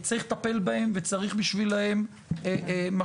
צריך לטפל בהם וצריך בשבילם משאבים,